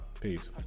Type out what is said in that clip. Peace